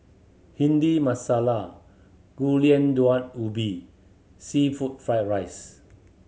Bhindi Masala Gulai Daun Ubi seafood fried rice